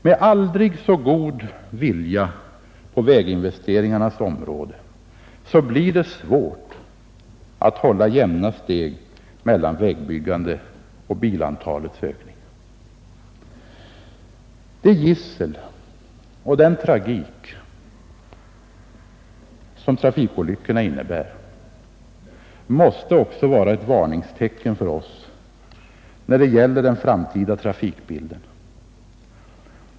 Med aldrig så god vilja på väginvesteringarnas område blir det svårt att hålla jämna steg mellan vägbyggande och bilantalsökning. Det gissel och den tragik som trafikolyckorna innebär måste också vara ett varningstecken för oss när det gäller den framtida trafikbilden.